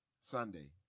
Sunday